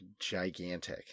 gigantic